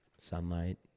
sunlight